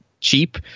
cheap